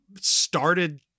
started